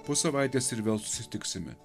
po savaitės ir vėl susitiksime